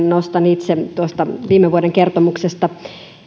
nostan itse tuosta viime vuoden kertomuksesta